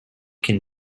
can